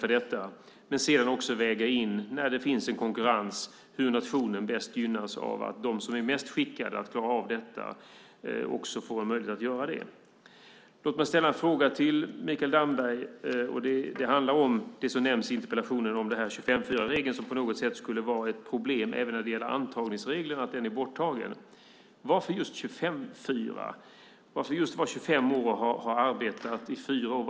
När det finns konkurrens gäller det att väga in hur nationen bäst gynnas av att de som är mest skickade att klara av det får möjlighet att göra det. Låt mig ställa en fråga till Mikael Damberg. Det handlar om 25:4-regeln och att det på något sätt skulle vara ett problem även när det gäller antagningsreglerna att den är borttagen. Varför just 25:4? Varför ska man vara just 25 år och ha arbetat i fyra år?